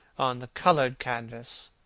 on the coloured canvas,